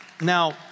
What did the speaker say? Now